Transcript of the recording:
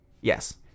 Yes